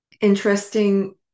interesting